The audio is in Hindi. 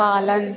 पालन